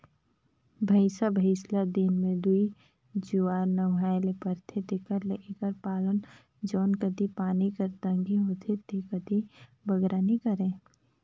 भंइसा भंइस ल दिन में दूई जुवार नहुवाए ले परथे तेकर ले एकर पालन जउन कती पानी कर तंगी होथे ते कती बगरा नी करें